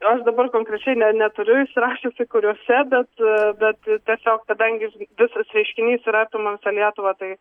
aš dabar konkrečiai ne neturiu išsirašiusi kuriuose bet bet tiesiog kadangi visas reiškinys ir apima visą lietuvą tai